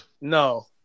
No